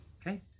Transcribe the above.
Okay